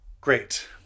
Great